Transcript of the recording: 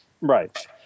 right